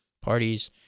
parties